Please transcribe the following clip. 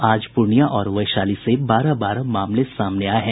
आज प्रर्णिया और वैशाली से बारह बारह मामले सामने आये हैं